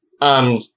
Um-